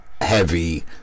heavy